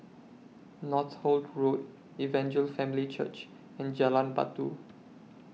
Northolt Road Evangel Family Church and Jalan Batu